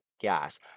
gas